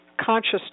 conscious